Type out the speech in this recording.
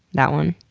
that one.